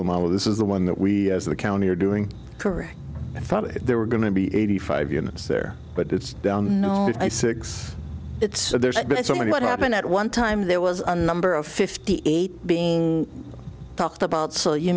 piece of this is the one that we as a county are doing correct i thought they were going to be eighty five units there but it's down no i six it's there's been so many what happened at one time there was a number of fifty eight being talked about so you